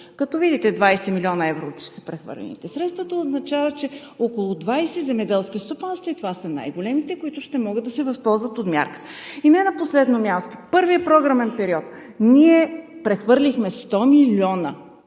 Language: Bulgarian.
Като видите, че 20 млн. евро са прехвърлените средства, това означава, че около 20 земеделски стопанства, и това са най-големите, ще могат да се възползват от Мярката. И не на последно място, в първия програмен период ние прехвърлихме 100 млн.